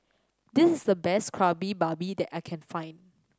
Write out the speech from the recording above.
this is the best Kari Babi that I can find